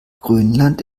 grönland